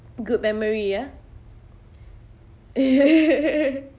good memory uh